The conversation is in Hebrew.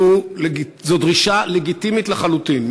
זו דרישה לגיטימית לחלוטין.